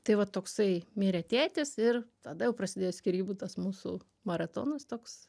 tai va toksai mirė tėtis ir tada jau prasidėjo skyrybų tas mūsų maratonas toks